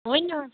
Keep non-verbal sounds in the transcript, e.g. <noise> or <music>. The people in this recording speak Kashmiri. ؤنِو <unintelligible>